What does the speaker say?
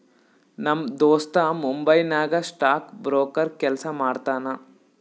ನಮ್ ದೋಸ್ತ ಮುಂಬೈ ನಾಗ್ ಸ್ಟಾಕ್ ಬ್ರೋಕರ್ ಕೆಲ್ಸಾ ಮಾಡ್ತಾನ